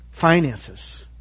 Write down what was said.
finances